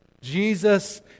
Jesus